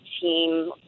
team